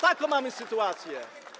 Taką mamy sytuację.